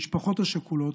המשפחות השכולות,